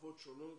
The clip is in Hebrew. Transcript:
בשפות שונות,